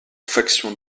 faction